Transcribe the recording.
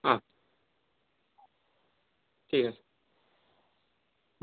হ্যাঁ ঠিক আছে